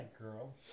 girl